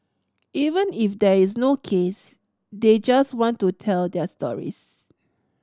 even if there is no case they just want to tell their stories